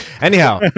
Anyhow